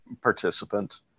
participant